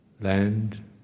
land